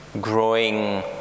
Growing